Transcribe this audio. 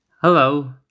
Hello